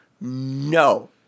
No